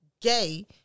gay